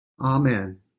Amen